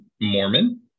Mormon